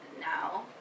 now